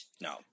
No